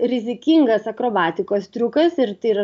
rizikingas akrobatikos triukas ir tai yra